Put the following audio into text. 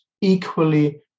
equally